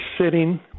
sitting